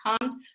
comes